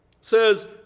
says